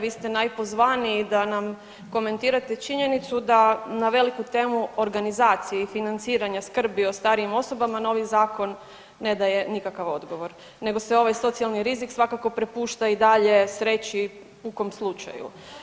Vi ste najpozvaniji da nam komentirate činjenicu da na veliku temu o organizaciji i financiranja skrbi o starijim osobama novi zakon ne daje nikakav odgovor nego se ovaj socijalni rizik svakako prepušta i dalje sreći pukom slučaju.